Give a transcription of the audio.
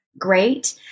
great